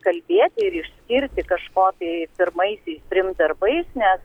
kalbėti ir išskirti kažko tai pirmaisiais trim darbais nes